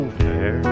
fair